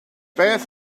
beth